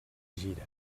gira